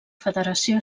federació